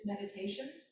meditation